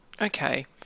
Okay